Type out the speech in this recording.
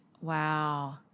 Wow